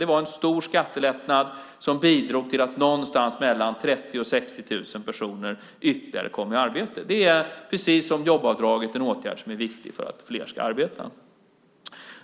Det var en stor skattelättnad som bidrog till att någonstans mellan 30 000 och 60 000 personer ytterligare kom i arbete. Det är, precis som jobbavdraget, en åtgärd som är viktig för att fler ska arbeta.